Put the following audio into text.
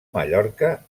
mallorca